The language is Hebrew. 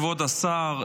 כבוד השר,